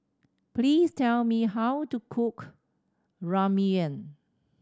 please tell me how to cook Ramyeon